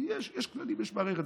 כי יש כללים, יש מערכת.